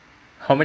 how many girls